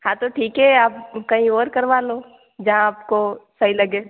हाँ तो ठीक है आप कहीं और करवा लो जहाँ आपको सही लगे